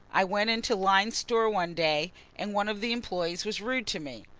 i went into lyne's store one day and one of the employees was rude to me.